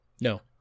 No